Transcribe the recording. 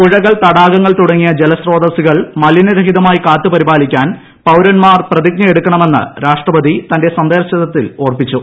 പുഴകൾ തടാകങ്ങൾ തുടങ്ങിയ ജലസോത്രസ്സുകൾ മലിനരഹിതമായി കാത്തു പരിപാലിക്കാൻ പൌരൻമാർ പ്രതിജ്ഞ എടുക്കണമെന്ന് രാഷ്ട്രപതി സന്ദേശത്തിൽ ഓർമ്മിപ്പിച്ചു